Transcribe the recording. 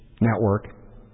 network